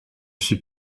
suis